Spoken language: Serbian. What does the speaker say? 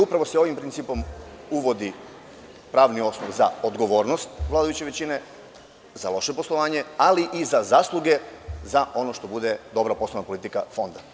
Upravo se ovim principom uvodi pravni osnov za odgovornost vladajuće većine, za loše poslovanje, ali i za zasluge za ono što bude dobra poslovna politika Fonda.